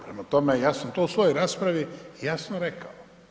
Prema tome, ja sam to u svojoj raspravi jasno rekao.